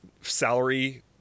salary